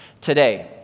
today